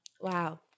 Wow